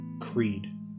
Creed